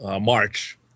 March